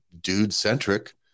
dude-centric